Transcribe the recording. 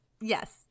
Yes